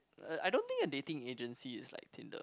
uh I don't think dating agency is like Tinder